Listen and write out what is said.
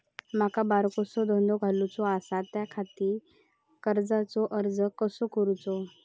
माका बारकोसो धंदो घालुचो आसा त्याच्याखाती कर्जाचो अर्ज कसो करूचो?